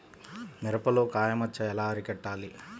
మిరపలో కాయ మచ్చ ఎలా అరికట్టాలి?